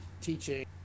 teaching